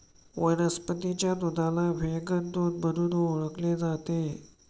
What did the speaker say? वनस्पतीच्या दुधाला व्हेगन दूध म्हणून देखील ओळखले जाते